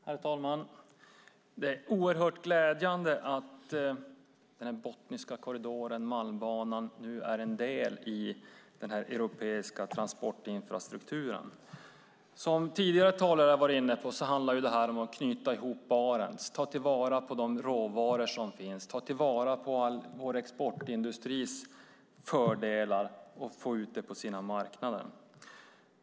Herr talman! Det är oerhört glädjande att Botniska korridoren och Malmbanan nu är en del i den europeiska transportinfrastrukturen. Som tidigare talare har varit inne på handlar detta om att knyta ihop Barentsregionen, ta till vara de råvaror som finns och ta till vara all vår exportindustris fördelar och få ut dem på marknaderna.